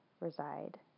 reside